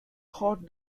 hot